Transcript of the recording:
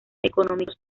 económicos